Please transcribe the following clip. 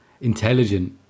intelligent